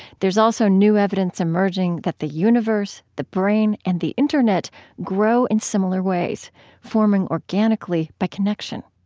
there's also new evidence emerging that the universe, the brain, and the internet grow in similar ways forming organically by connection